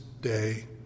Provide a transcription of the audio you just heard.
day